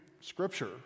scripture